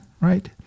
right